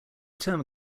term